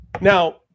Now